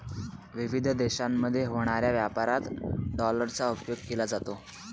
विविध देशांमध्ये होणाऱ्या व्यापारात डॉलरचा उपयोग केला जातो